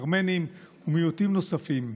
ארמנים ומיעוטים נוספים.